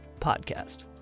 podcast